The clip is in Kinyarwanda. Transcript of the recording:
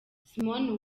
simon